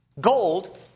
Gold